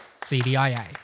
CDIA